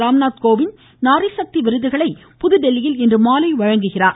ராம்நாத் கோவிந்த் நாரிசக்தி விருதுகளை புதுதில்லியில் இன்று மாலை வழங்குகிறார்